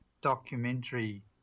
documentary